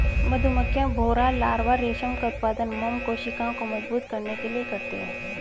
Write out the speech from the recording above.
मधुमक्खियां, भौंरा लार्वा रेशम का उत्पादन मोम कोशिकाओं को मजबूत करने के लिए करते हैं